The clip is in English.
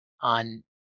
on